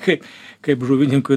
kaip kaip žuvininkui